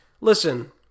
Listen